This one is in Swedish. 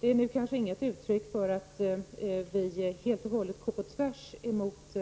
Det är inget uttryck för att vi helt och hållet går på tvären emot